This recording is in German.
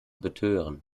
betören